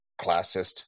classist